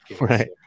Right